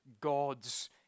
God's